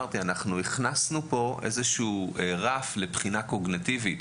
הכנסנו פה איזה שהוא רף לבחינה קוגניטיבית.